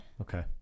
okay